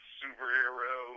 superhero